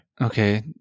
Okay